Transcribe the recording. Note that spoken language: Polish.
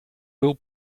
był